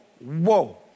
whoa